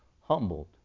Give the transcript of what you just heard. humbled